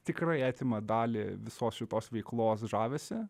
tikrai atima dalį visos šitos veiklos žavesį